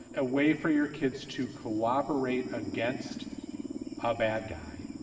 a way for your kids to cooperate against a bad guy.